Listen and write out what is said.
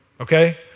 okay